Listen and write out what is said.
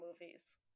movies